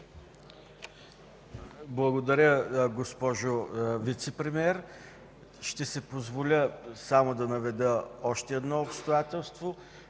Благодаря, госпожо Вицепремиер. Ще си позволя само да наведа още едно обстоятелство.